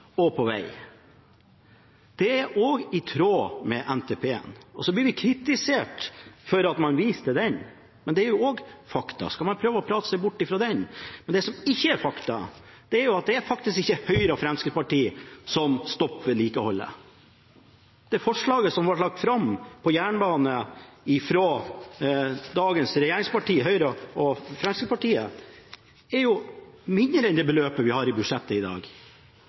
og på veg. Det er òg i tråd med NTP. Og så blir vi kritisert for at vi viser til den, men det er òg fakta. Skal man prøve å prate seg bort fra den? Det som ikke er fakta, er at det faktisk ikke er Høyre og Fremskrittspartiet som stopper vedlikeholdsetterslepet. Forslaget som ble lagt fram på jernbane fra dagens regjeringspartier, Høyre og Fremskrittspartiet, er mindre enn det beløpet vi har i budsjettet i dag. Er det noen som hadde hatt grunn til å stå her på talerstolen i dag